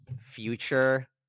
future